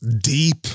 deep